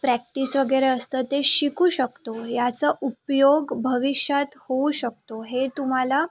practice वगैरे असतं ते शिकू शकतो याचा उपयोग भविष्यात होऊ शकतो हे तुम्हाला